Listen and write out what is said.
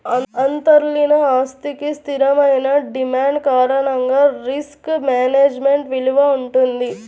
అంతర్లీన ఆస్తికి స్థిరమైన డిమాండ్ కారణంగా రిస్క్ మేనేజ్మెంట్ విలువ వుంటది